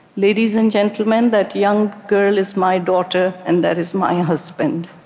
ladies and gentleman, that young girl is my daughter and that is my husband.